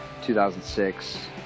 2006